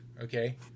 okay